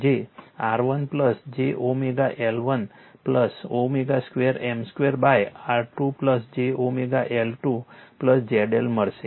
જે R1 j L1 𝜔2 M2 R2 j L2 ZL મળશે